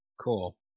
cool